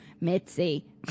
Mitzi